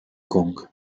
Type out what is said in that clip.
kong